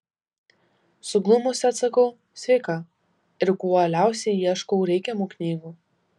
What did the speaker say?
suglumusi atsakau sveika ir kuo uoliausiai ieškau reikiamų knygų